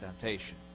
temptation